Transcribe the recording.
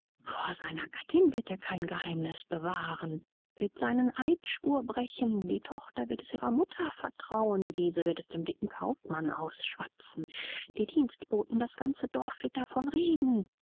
seiner gattin wird er kein geheimniß bewahren wird seinen eidschwur brechen die tochter wird es ihrer mutter vertrauen diese wird es dem dicken kaufmann ausschwatzen die dienstboten das ganze dorf wird davon reden